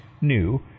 new